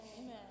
amen